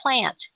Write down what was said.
plant